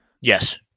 Yes